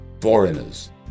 foreigners